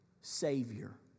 Savior